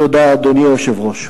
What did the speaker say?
תודה, אדוני היושב-ראש.